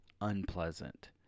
unpleasant